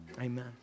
Amen